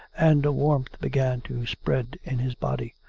and a warmth began to spread in his body.